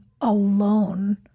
alone